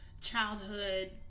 childhood